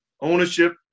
Ownership